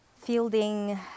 Fielding